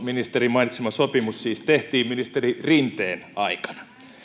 ministerin mainitsema sopimus siis tehtiin ministeri rinteen aikana